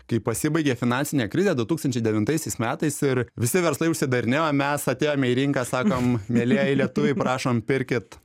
kai pasibaigė finansinė krizė du tūkstančiai devintaisiais metais ir visi verslai užsidarinėjo o mes atėjome į rinką sakom mielieji lietuviai prašom pirkit